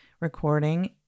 recording